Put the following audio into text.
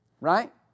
Right